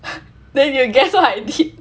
then you guess what I did